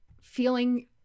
feeling